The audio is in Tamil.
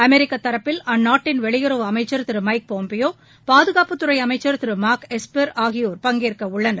அமெரிக்க தரப்பில் அந்நாட்டின் வெளியுறவு அமைச்சர் திரு மைக் பாம்பியோ பாதுகாப்புத்துறை அமைச்சர் திரு மார்க் எஸ்பர் ஆகியோர் பங்கேற்கவுள்ளனர்